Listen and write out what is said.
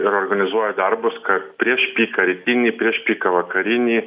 ir organizuoja darbus kad prieš piką rytinį prieš piką vakarinį